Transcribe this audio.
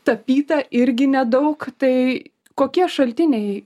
tapyta irgi nedaug tai kokie šaltiniai